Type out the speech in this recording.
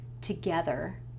together